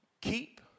keep